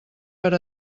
per